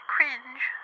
Cringe